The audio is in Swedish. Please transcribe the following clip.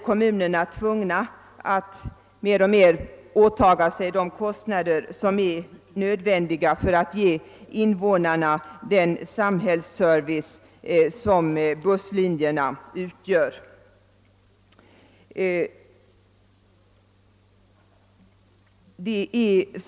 Kommunerna blir tvungna att mer och mer åta sig de kostnader som är nödvändiga för att invånarna skall få den samhällsservice som busslinjerna utgör.